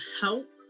help